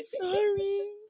Sorry